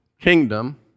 kingdom